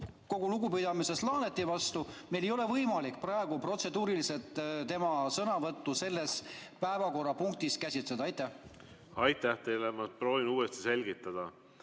kogu lugupidamisest Laaneti vastu ei ole meil võimalik protseduuriliselt tema sõnavõttu selles päevakorrapunktis käsitleda. Aitäh teile! Ma proovin uuesti selgitada.